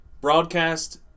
broadcast